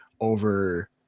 over